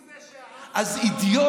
הוא זה שהעם בחר בו להיות ראש